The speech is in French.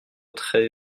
très